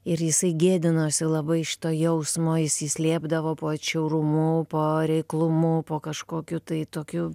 ir jisai gėdinosi labai šito jausmo jis jį slėpdavo po atšiaurumu po reiklumu po kažkokiu tai tokiu